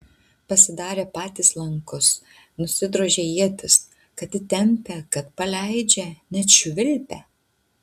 pasidarė patys lankus nusidrožė ietis kad įtempia kad paleidžia net švilpia